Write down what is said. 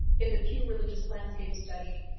in the pew religious landscape study,